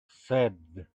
said